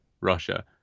Russia